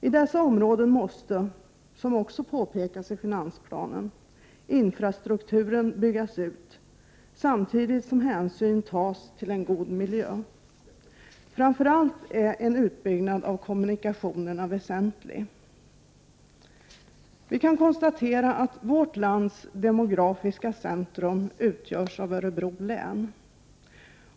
I dessa områden måste, som också påpekas i finansplanen, infrastrukturen byggas ut, samtidigt som hänsyn tas till en god miljö. Framför allt är en utbyggnad av kommunikationerna väsentlig. Vi kan konstatera att vårt lands demografiska centrum utgörs av Örebro län.